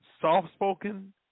soft-spoken